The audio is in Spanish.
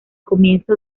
comienzo